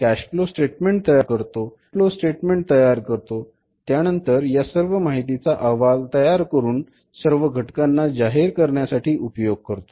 cash flow statement तयार करतो fund flow statement तयार करतो त्यानंतर या सर्व माहितीचा अहवाल तयार करून सर्व घटकांना जाहीर करण्यासाठी उपयोग करतो